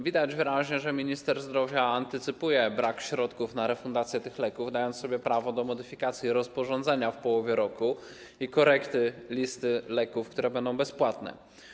Widać wyraźnie, że minister zdrowia antycypuje brak środków na refundację tych leków, dając sobie prawo do modyfikacji rozporządzenia w połowie roku i korekty listy leków, które będą bezpłatne.